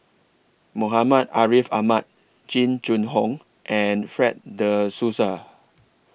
Muhammad Ariff Ahmad Jing Jun Hong and Fred De Souza